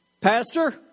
pastor